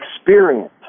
experience